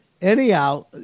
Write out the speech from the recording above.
Anyhow